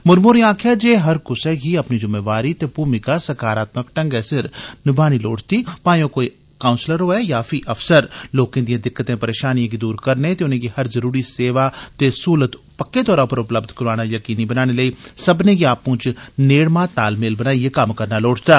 मुरमू होरें आक्खेआ जे हर कुसै गी अपनी जूम्मेवारी ते भूमिका सकारात्मक ढंगै सिर निभानी लोड़चदी भाएं ओह् कोई काउंसलर होऐ या अफसर लोकें दिएं दिक्कतें परेशानिएं गी दूर करने ते उनेंगी हर जरूरी सेवा ते सहूलत पक्के तौरा पर उपलब्य कराना यकीनी बनाने लेई सब्मनें गी आपूं च नेड़मा तालमेल बनाईए कम्म करना लोड़चदा